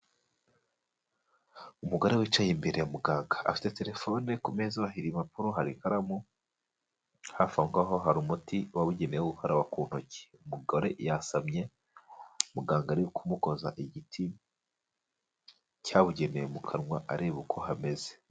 Umugore wicaye imbere ya muganga afite telefone ku meza ahira impapuro hari ikaramu hafi aho hari umuti wabugenewe wo gukaraba ku ntoki. Umugore yasamye muganga ari kumukoza igiti cyabugenewe mu kanwa areba uko hameze.